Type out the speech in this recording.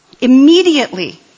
Immediately